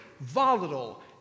volatile